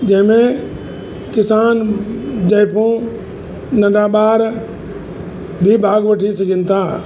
जंहिंमें किसान ज़ाइफूं नंढा ॿार बि भाग वठी सघनि था